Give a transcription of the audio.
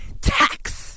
tax